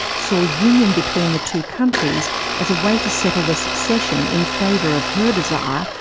saw union between the two countries as a way to settle the succession in favour of her desire,